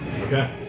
Okay